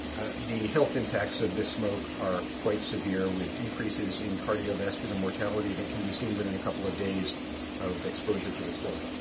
the health impacts of this smoke are quite severe, with increases in cardiovascular mortality that can be seen within a couple of days of exposure to the smoke.